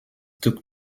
took